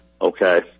okay